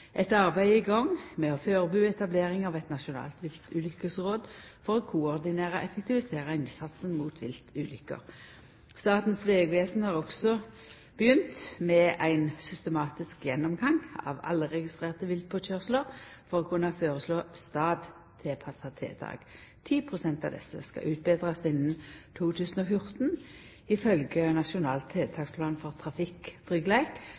Eit arbeid er i gang med å førebu etablering av eit nasjonalt viltulukkesråd for å koordinera og effektivisera innsatsen mot viltulukker. Statens vegvesen har òg begynt med ein systematisk gjennomgang av alle registrerte viltpåkøyrsler for å kunna føreslå stadtilpassa tiltak. 10 pst. av desse skal utbetrast innan 2014 ifølgje Nasjonal